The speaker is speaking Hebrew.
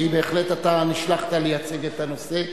שהיא בהחלט, אתה נשלחת לייצג את הנושא.